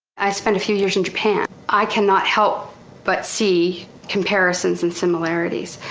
i spent a few years in japan, i cannot help but see comparisons and similarities.